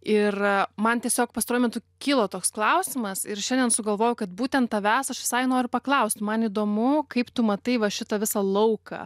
ir man tiesiog pastaruoju metu kilo toks klausimas ir šiandien sugalvojau kad būtent tavęs aš visai noriu paklausti man įdomu kaip tu matai va šitą visą lauką